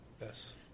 Yes